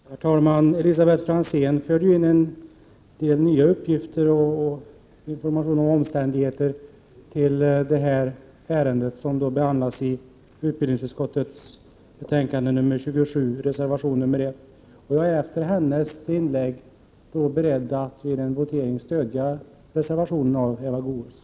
Herr talman! Elisabet Franzén tillförde en del nya uppgifter och ny information om det ärende som behandlas i reservation nr 1 till utbildningsutskottets betänkande nr 27. Efter att ha hört hennes inlägg är jag beredd att vid en votering stödja reservationen av Eva Goéös.